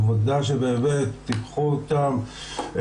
עבודה שבאמת תיקחו אותם,